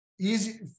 easy